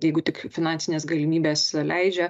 jeigu tik finansinės galimybės leidžia